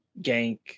Gank